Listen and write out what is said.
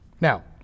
Now